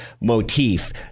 motif